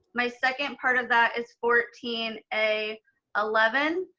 my second part of that is fourteen a eleven,